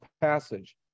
passage